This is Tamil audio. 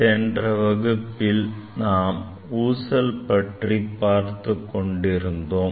சென்ற வகுப்பில் நாம் ஊசல் பற்றி பார்த்துக் கொண்டிருந்தோம்